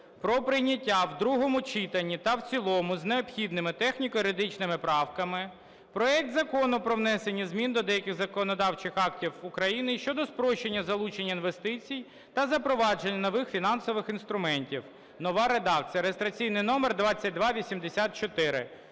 про прийняття в другому читанні та в цілому з необхідними техніко-юридичними правками проект Закону про внесення змін до деяких законодавчих актів України щодо спрощення залучення інвестицій та запровадження нових фінансових інструментів (нова редакція) (реєстраційний номер 2284).